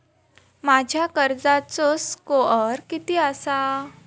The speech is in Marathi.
माझ्या कर्जाचो स्कोअर किती आसा?